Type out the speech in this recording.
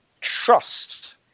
trust